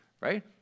Right